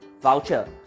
voucher